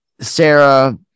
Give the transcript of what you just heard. Sarah